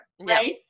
right